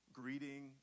greeting